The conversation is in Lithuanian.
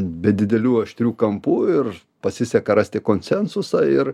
be didelių aštrių kampų ir pasiseka rasti konsensusą ir